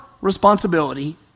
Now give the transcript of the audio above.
responsibility